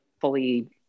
fully